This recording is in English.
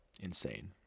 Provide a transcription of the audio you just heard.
Insane